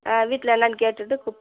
ஆ வீட்டில் என்னென்னு கேட்டுட்டு கூப்